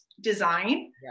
design